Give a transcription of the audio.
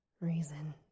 Reason